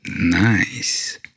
Nice